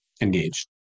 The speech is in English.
engaged